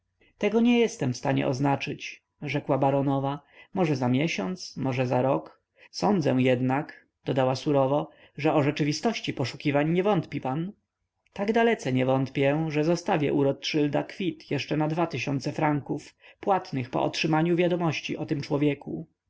tego nie jestem w stanie oznaczyć rzekła baronowa może za miesiąc może za rok sądzę jednak dodała surowo że o rzeczywistości poszukiwań nie wątpi pan tak dalece nie wątpię że zostawię u rotszylda kwit jeszcze na dwa tysiące franków płatnych po otrzymaniu wiadomości o tym człowieku